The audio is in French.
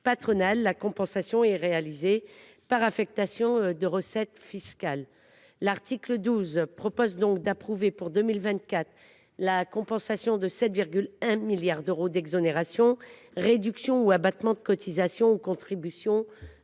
patronales, la compensation est réalisée par affectation de recettes fiscales. Par l’article 12, il s’agit d’approuver, pour 2024, la compensation de 7,1 milliards d’euros d’exonérations, réductions ou abattements de cotisations ou contributions